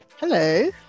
hello